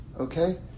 okay